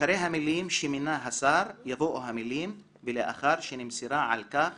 אחרי המילים "שמינה השר" יבואו המילים "ולאחר שנמסרה על כך